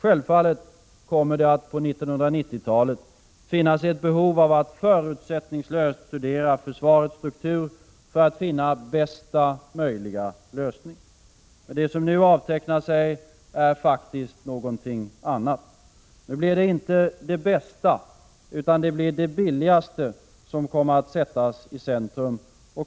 Självfallet kommer det på 1990-talet att finnas ett behov av att förutsättningslöst studera försvarets struktur för att finna bästa möjliga lösning. Men det som nu avtecknar sig är någonting annat. Nu blir det inte det bästa, utan i stället det billigaste, som kommer att sättas i centrum.